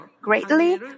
greatly